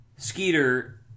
Skeeter